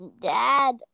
dad